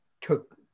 took